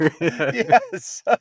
yes